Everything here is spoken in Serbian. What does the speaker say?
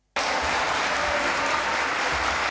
Hvala.